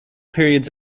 periods